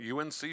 UNC